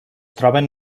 troben